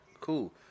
cool